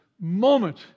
moment